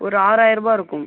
ஒரு ஆறாயிரூபா இருக்கும்